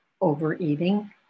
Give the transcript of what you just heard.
overeating